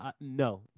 No